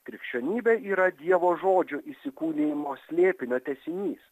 krikščionybė yra dievo žodžio įsikūnijimo slėpinio tęsinys